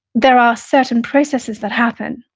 there are certain processes that happen,